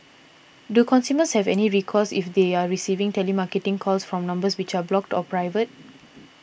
do consumers have any recourse if they are receiving telemarketing calls from numbers which are blocked or private